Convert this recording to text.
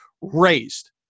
raised